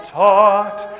taught